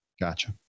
Gotcha